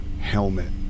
helmet